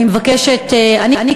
אני מבקשת,